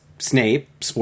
Snape